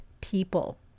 people